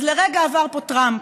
אז לרגע עבר פה טראמפ,